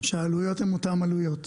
שהעלויות הן אותן עלויות,